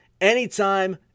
anytime